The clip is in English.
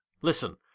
listen